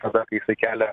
tada kai jisai kelia